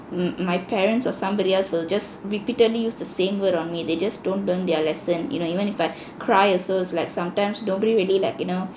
mm my parents or somebody else will just repeatedly use the same word on me they just don't learn their lesson you know even if I cry also it's like sometimes nobody really like you know